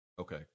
Okay